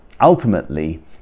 ultimately